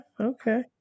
Okay